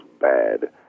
bad